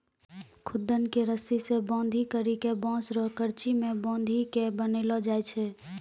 खुद्दन के रस्सी से बांधी करी के बांस रो करची मे बांधी के बनैलो जाय छै